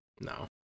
no